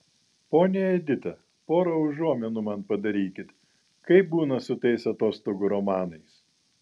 ponia edita pora užuominų man padarykit kaip būna su tais atostogų romanais